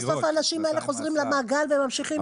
כי בסוף האנשים האלה חוזרים למעגל וממשיכים עם אותה פשיעה.